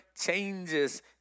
changes